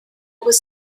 was